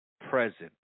present